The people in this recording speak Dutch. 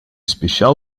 speciaal